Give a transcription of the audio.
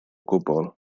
gwbl